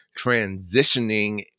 transitioning